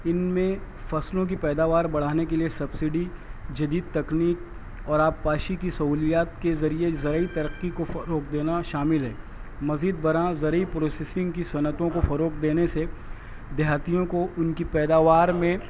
ان میں فصلوں کی پیداوار بڑھانے کے لیے سبسڈی جدید تکنیک اور آبپاشی کی سہولیات کے ذریعے ذیل ترقی کو فروغ دینا شامل ہے مزید برآں زرعی پروسیسنگ کی صنعتوں کو فروغ دینے سے دیہاتیوں کو ان کی پیداوار میں